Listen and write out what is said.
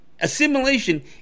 assimilation